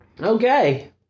Okay